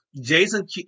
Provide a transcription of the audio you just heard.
Jason